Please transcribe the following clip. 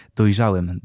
dojrzałem